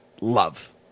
love